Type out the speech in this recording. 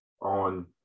on